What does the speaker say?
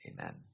Amen